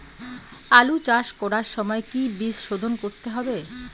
আলু চাষ করার সময় কি বীজ শোধন করতে হবে?